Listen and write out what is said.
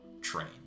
train